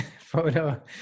photo